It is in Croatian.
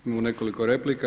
Imamo nekoliko replika.